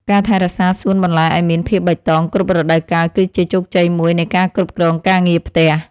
ការថែរក្សាសួនបន្លែឱ្យមានភាពបៃតងគ្រប់រដូវកាលគឺជាជោគជ័យមួយនៃការគ្រប់គ្រងការងារផ្ទះ។